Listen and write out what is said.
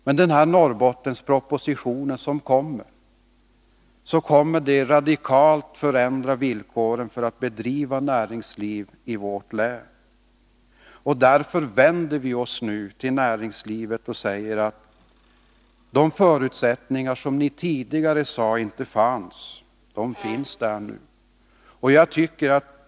Men den kommande Norrbottenspropositionen kommer radikalt att förändra villkoren när det gäller att bedriva näringsliv i vårt län. Därför vänder vi oss nu till näringslivet. Vi vill då säga: De förutsättningar som ni tidigare hävdade inte fanns, de finns nu.